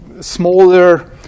smaller